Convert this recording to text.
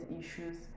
issues